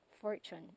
fortune